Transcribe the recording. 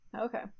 Okay